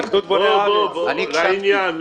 לעניין.